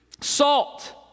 Salt